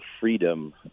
freedom